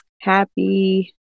happy